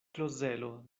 klozelo